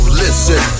listen